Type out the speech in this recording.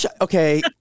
Okay